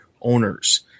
owners